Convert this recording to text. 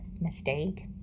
mistake